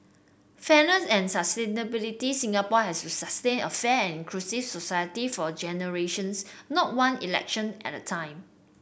fairness and sustainability Singapore has to sustain a inclusive society for generations not one election at a time